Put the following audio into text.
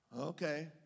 Okay